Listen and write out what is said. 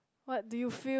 what do you feel